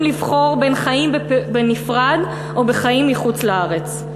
לבחור בין חיים בנפרד או בחיים מחוץ לארץ.